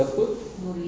siapa